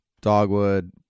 dogwood